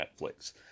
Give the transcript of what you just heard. Netflix